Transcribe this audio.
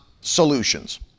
solutions